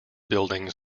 buildings